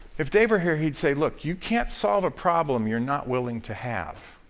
if dave were here he'd say, look, you can't solve a problem you're not willing to have.